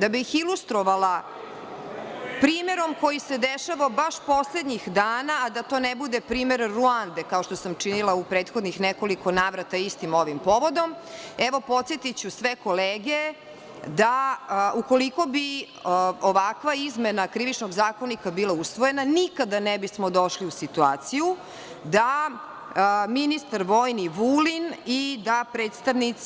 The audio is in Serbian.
Da bih ilustrovala primerom koji se dešava baš poslednjih dana, a da to ne bude primer Ruande, kao što sam činila u prethodnih nekoliko navrata istim ovim povodom, evo, podsetiću sve kolege da ukoliko bi ovakva izmena Krivičnog zakonika bila usvojena nikada ne bismo došli u situaciju da ministar vojni Vulin i predstavnik